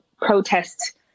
protest